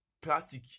plastic